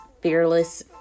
Fearless